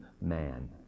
man